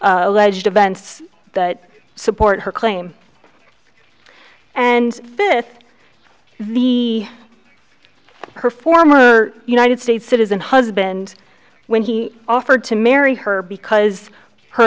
alleged events that support her claim and fifth the her former united states citizen husband when he offered to marry her because her